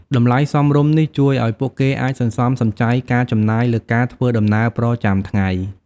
តម្លៃសមរម្យនេះជួយឱ្យពួកគេអាចសន្សំសំចៃការចំណាយលើការធ្វើដំណើរប្រចាំថ្ងៃ។